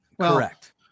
Correct